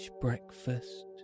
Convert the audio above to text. breakfast